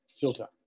filter